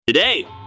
Today